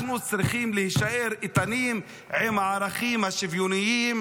אנחנו צריכים להישאר איתנים בערכים השוויוניים